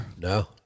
No